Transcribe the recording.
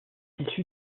issue